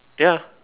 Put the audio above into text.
ya